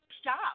stop